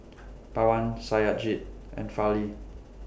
Pawan Satyajit and Fali